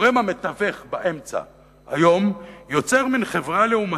הגורם המתווך באמצע יוצר מין חברה לעומתית.